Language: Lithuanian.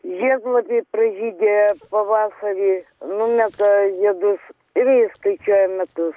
žiedlapiai pražydėjo pavasarį numeta žiedus ir jie skaičiuoja metus